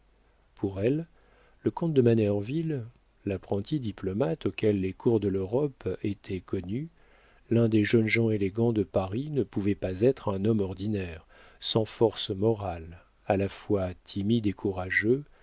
pour elle le comte de manerville l'apprenti diplomate auquel les cours de l'europe étaient connues l'un des jeunes gens élégants de paris ne pouvait pas être un homme ordinaire sans force morale à la fois timide et courageux